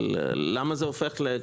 אבל למה זה הופך לכלל?